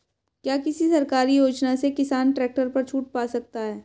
क्या किसी सरकारी योजना से किसान ट्रैक्टर पर छूट पा सकता है?